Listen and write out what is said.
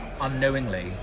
unknowingly